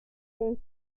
saint